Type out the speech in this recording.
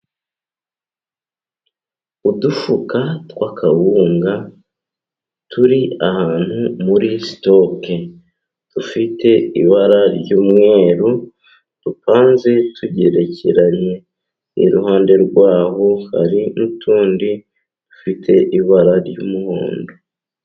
Udufuka tw'akawunga turi ahantu muri sitoke. Dufite ibara ry'umweru ,dupanze tugerekeranye, iruhande rwaho hari n'utundi dufite ibara ry'umuhondo.